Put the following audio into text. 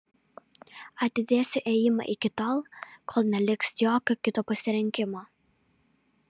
atidėsiu ėjimą iki tol kol neliks jokio kito pasirinkimo